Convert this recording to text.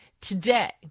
today